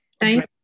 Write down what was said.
thank